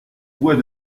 bois